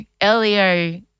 Elio